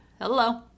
hello